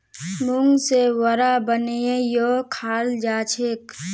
मूंग से वड़ा बनएयों खाल जाछेक